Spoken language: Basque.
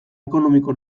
ekonomiko